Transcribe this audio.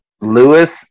Lewis